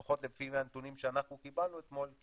לפחות מהנתונים שאנחנו קיבלנו אתמול,